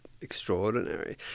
extraordinary